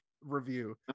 review